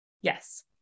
Yes